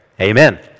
amen